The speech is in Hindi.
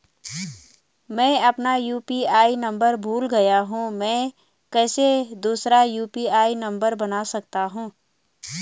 मैं अपना यु.पी.आई नम्बर भूल गया हूँ मैं कैसे दूसरा यु.पी.आई नम्बर बना सकता हूँ?